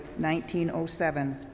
1907